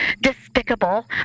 Despicable